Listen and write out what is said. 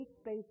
space